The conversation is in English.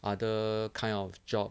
other kind of job